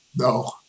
No